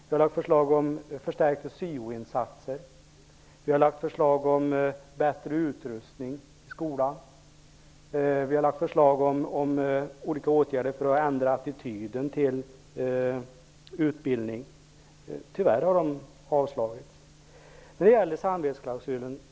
Vi har vidare lagt fram förslag om förstärkning av syoinsatserna, om bättre utrustning i skolan och om olika åtgärder för att ändra attityden till utbildning. Tyvärr har dessa förslag avslagits.